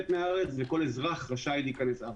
מהארץ, וכל אזרח רשאי להיכנס ארצה.